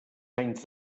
anys